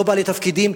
לא בעלי תפקידים,